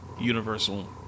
universal